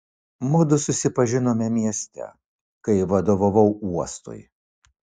mudu susipažinome mieste kai vadovavau uostui